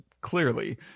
clearly